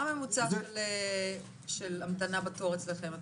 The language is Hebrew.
מה הממוצע של המתנה בתור אצלכם?